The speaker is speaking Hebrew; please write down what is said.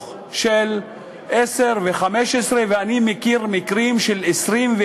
של עשר ו-15 שנים ואני מכיר מקרים של 20,